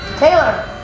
taylor!